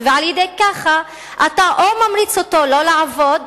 ועל-ידי כך אתה או ממריץ אותו לא לעבוד,